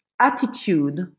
attitude